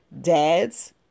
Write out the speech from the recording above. dads